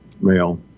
male